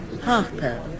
Harper